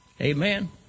Amen